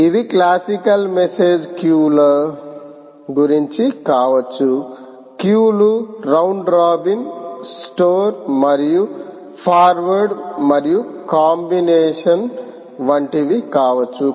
ఇవి classical message క్యూల గురించి కావచ్చు క్యూలు రౌండ్ రాబిన్ స్టోర్ మరియు ఫార్వర్డ్ మరియు కాంబినేషన్ వంటివి కావచ్చు